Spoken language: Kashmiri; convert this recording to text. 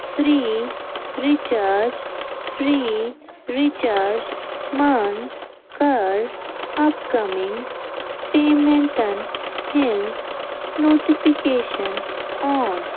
فرٛی رِچارٕج فرٛی رِچارٕج منٛز کَر اپ کمِنٛگ پیمیٚنٹَن ہنٛز نوٹفکیشن آن